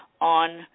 on